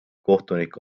kohtunik